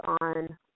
on